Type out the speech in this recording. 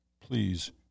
please